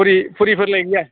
फुरि फुरिफोरलाय गैया